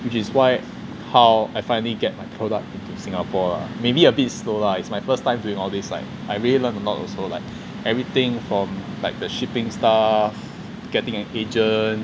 which is why how I finally get my product into singapore lah maybe a bit slow lah it's my first time during all this like I really learn a lot also like everything from like the shipping stuff getting an agent